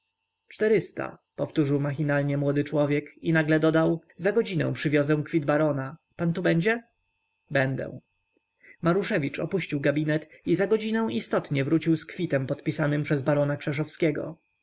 czterysta powtórzył machinalnie młody człowiek i nagle dodał za godzinę przywiozę kwit barona pan tu będzie będę maruszewicz opuścił gabinet i za godzinę istotnie wrócił z kwitem podpisanym przez barona